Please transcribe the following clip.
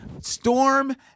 Storm